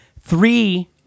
three